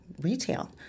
retail